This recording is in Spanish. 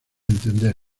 entender